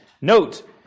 Note